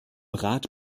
rat